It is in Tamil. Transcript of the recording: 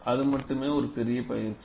அது மட்டுமே ஒரு பெரிய பயிற்சி